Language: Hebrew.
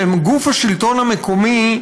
שהן גוף השלטון המקומי,